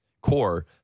core